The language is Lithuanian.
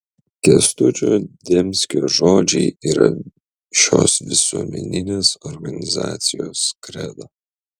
kęstučio demskio žodžiai yra šios visuomeninės organizacijos kredo